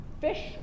fish